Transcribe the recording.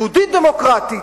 יהודית-דמוקרטית,